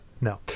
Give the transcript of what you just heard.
no